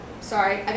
Sorry